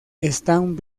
están